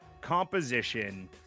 composition